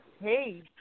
hey